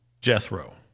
Jethro